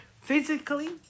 Physically